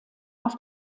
auf